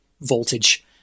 voltage